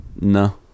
No